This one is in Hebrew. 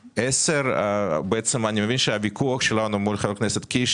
10. אני מבין שהוויכוח שלנו מול חבר הכנסת קיש,